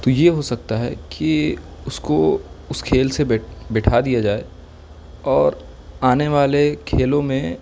تو یہ ہو سکتا ہے کہ اس کو اس کھیل سے بیٹھ بیٹھا دیا جائے اور آنے والے کھیلوں میں